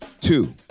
Two